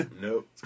Nope